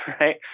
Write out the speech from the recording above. right